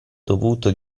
dovuto